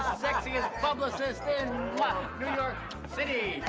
sexiest publicist in new york city!